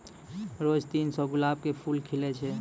रोज तीन सौ गुलाब के फूल खिलै छै